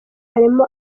harimo